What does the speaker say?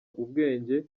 ubwenge